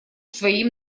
своим